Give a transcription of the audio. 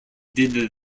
did